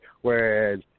whereas